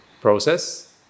process